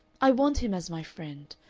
i want him as my friend.